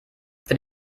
für